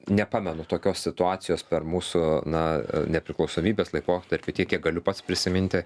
nepamenu tokios situacijos per mūsų na nepriklausomybės laikotarpį tiek kiek galiu pats prisiminti